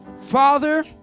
Father